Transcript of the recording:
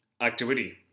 activity